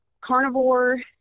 carnivore